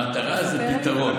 המטרה היא פתרון.